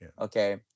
okay